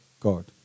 God